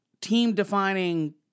team-defining